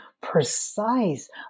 precise